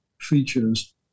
features